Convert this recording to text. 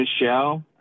Michelle